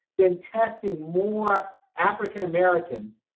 been testing more african americans.